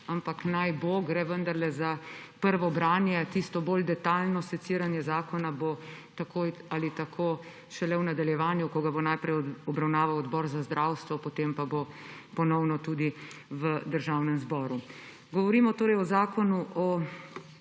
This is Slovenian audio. ampak naj bo, gre vendarle za prvo branje. Tisto bolj detajlno seciranje zakona bo tako ali tako šele v nadaljevanju, ko ga bo najprej obravnaval Odbor za zdravstvo, potem pa bo ponovno tudi v Državnem zboru. Govorimo torej o zakonu o